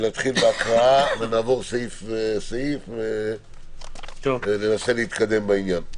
בהקראה ונעבור סעיף-סעיף וננסה להתקדם בעניין.